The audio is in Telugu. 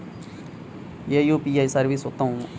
ఏ యూ.పీ.ఐ సర్వీస్ ఉత్తమము?